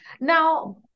Now